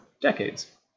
decades